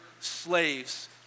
slaves